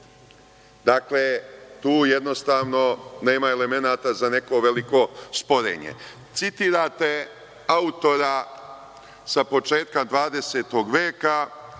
Dakle, tu jednostavno nema elemenata za neko veliko sporenje. Citirate autora sa početka 20. veka